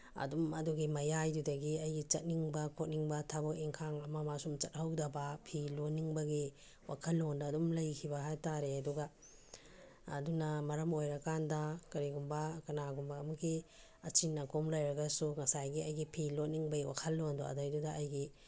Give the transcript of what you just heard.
ꯑꯗꯨꯝ ꯑꯗꯨꯒꯤ ꯃꯌꯥꯏꯗꯨꯗꯒꯤ ꯑꯩꯒꯤ ꯆꯠꯅꯤꯡꯕ ꯈꯣꯠꯅꯤꯡꯕ ꯊꯕꯛ ꯏꯪꯈꯥꯡ ꯑꯃ ꯑꯃ ꯁꯨꯝ ꯆꯠꯍꯧꯗꯕ ꯐꯤ ꯂꯣꯟꯅꯤꯡꯕꯒꯤ ꯋꯥꯈꯜꯂꯣꯟꯗ ꯑꯗꯨꯝ ꯂꯩꯈꯤꯕ ꯍꯥꯏꯇꯥꯔꯦ ꯑꯗꯨꯒ ꯑꯗꯨꯅ ꯃꯔꯝ ꯑꯣꯏꯔꯀꯥꯟꯗ ꯀꯔꯤꯒꯨꯝꯕ ꯀꯅꯥꯒꯨꯝꯕ ꯑꯃꯒꯤ ꯑꯆꯤꯟ ꯑꯀꯣꯝ ꯂꯩꯔꯒꯁꯨ ꯉꯁꯥꯏꯒꯤ ꯑꯩꯒꯤ ꯐꯤ ꯂꯣꯟꯅꯤꯡꯕꯩ ꯋꯥꯈꯜꯂꯣꯟꯗꯣ ꯑꯗꯩꯗꯨꯗ ꯑꯩꯒꯤ